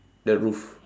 the roof